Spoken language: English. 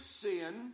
sin